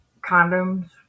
condoms